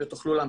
ותוכלו להמשיך.